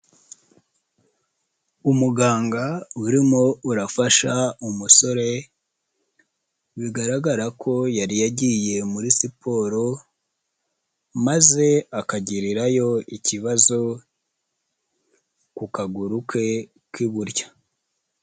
Umuganga urimo urafasha umusore bigaragara ko yari yagiye muri siporo maze akagirirayo ikibazo ku kaguru ke k'iburyo.